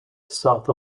south